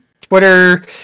Twitter